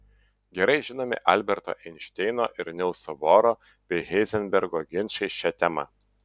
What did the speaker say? gerai žinomi alberto einšteino ir nilso boro bei heizenbergo ginčai šia tema